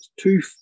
two